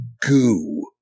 goo